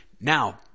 Now